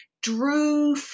Drew